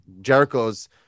Jericho's